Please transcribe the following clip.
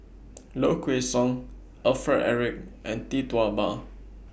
Low Kway Song Alfred Eric and Tee Tua Ba